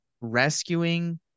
rescuing